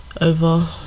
over